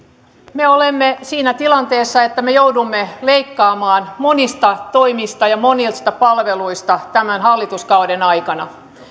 me olemme siinä tilanteessa että me joudumme leikkaamaan monista toimista ja monista palveluista tämän hallituskauden aikana